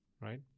Right